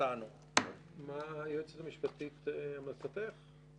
היועצת המשפטית, המלצתך?